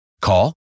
Call